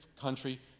country